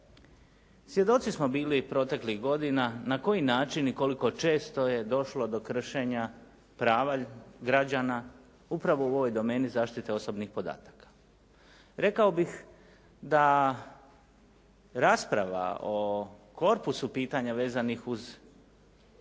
Svjedoci smo bili proteklih godina na koji način i koliko često je došlo do kršenja prava građana upravo u ovoj domeni zaštite osobnih podataka. Rekao bih da rasprava o korpusu pitanja vezanih uz